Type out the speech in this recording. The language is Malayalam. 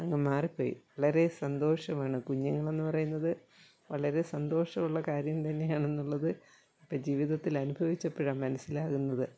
അങ്ങ് മാറിപ്പോയി വളരെ സന്തോഷമാണ് കുഞ്ഞുങ്ങളെന്നു പറയുന്നത് വളരെ സന്തോഷമുള്ള കാര്യം തന്നെയാണെന്നുള്ളത് ഇപ്പോൾ ജീവിതത്തിലനുഭവിച്ചപ്പോഴാ മനസിലാകുന്നത്